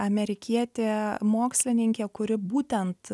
amerikietė mokslininkė kuri būtent